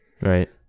Right